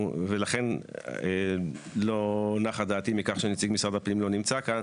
ולכן לא נחה דעתי מכך שנציג משרד הפנים לא נמצא פה,